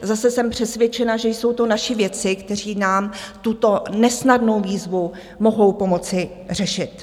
Zase jsem přesvědčena, že jsou to naši vědci, kteří nám tuto nesnadnou výzvu mohou pomoci řešit.